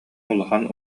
улахан